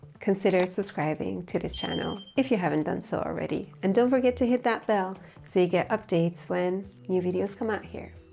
consider subscribing to this channel if you haven't done so already. and don't forget to hit that bell so you get updates when new videos come out here,